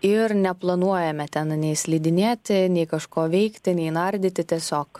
ir neplanuojame ten nei slidinėti nei kažko veikti nei nardyti tiesiog